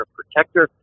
protector